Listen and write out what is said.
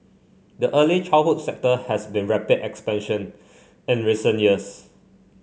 the early childhood sector has seen rapid expansion in recent years